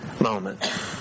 moment